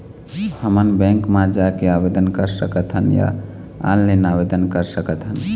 हमन बैंक मा जाके आवेदन कर सकथन या ऑनलाइन आवेदन कर सकथन?